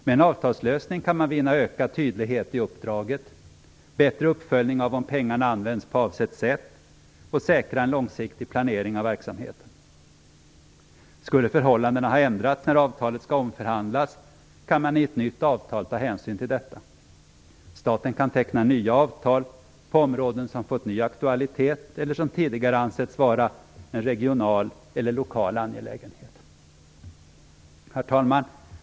Med en avtalslösning kan man vinna ökad tydlighet i uppdraget, bättre uppföljning av om pengarna används på avsett sätt och säkra en långsiktig planering av verksamheten. Skulle förhållandena ha ändrats när avtalet skall omförhandlas kan man i ett nytt avtal ta hänsyn till detta. Staten kan teckna nya avtal på områden som fått ny aktualitet eller som tidigare ansetts vara en regional eller lokal angelägenhet. Herr talman!